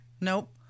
Nope